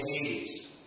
Hades